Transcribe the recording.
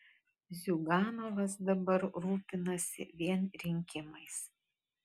ziuganovas dabar rūpinasi vien rinkimais